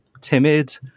timid